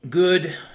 Good